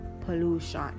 pollution